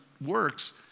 works